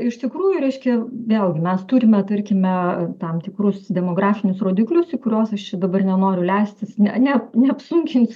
iš tikrųjų reiškia vėlgi mes turime tarkime tam tikrus demografinius rodiklius į kuriuos aš čia dabar nenoriu leistis ne ne neapsunkinsiu